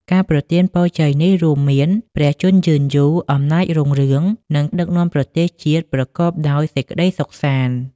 ការប្រទានពរជ័យនេះរួមមាន ព្រះជន្មយឺនយូរ អំណាចរុងរឿង និងដឹកនាំប្រទេសជាតិប្រកបដោយសេចក្តីសុខសាន្ត។